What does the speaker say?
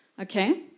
Okay